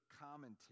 commentary